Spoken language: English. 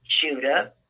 Judah